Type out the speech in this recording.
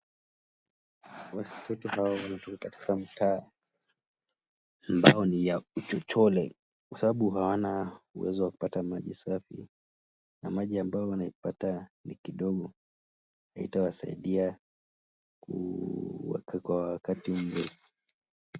Watoto hawa wanatoka katika mtaa ambao ni ya uchochole kwa sababu hawana uwezo wa kupata maji safi na maji ambayo wanaipata ni kidogo haitawasaidia kwa wakati mwingine.